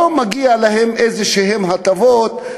לא מגיעות להן איזשהן הטבות,